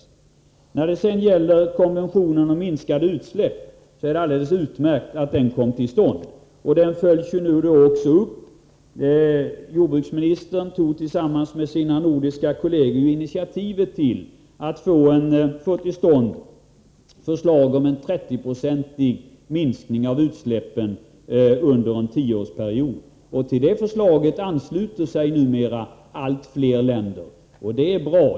Det är alldeles utmärkt att konventionen om minskade utsläpp kom till stånd. Den följs nu också upp. Jordbruksministern tog tillsammans med sina nordiska kolleger initiativ till att få till stånd förslag om en 30-procentig minskning av utsläppen under en tioårsperiod. Till det förslaget ansluter sig numera allt fler länder. Det är bra.